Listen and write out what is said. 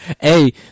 Hey